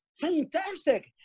fantastic